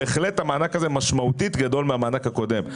בהחלט המענק הזה משמעותית גדול מהמענק הקודם.